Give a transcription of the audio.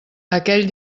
aquell